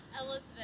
Elizabeth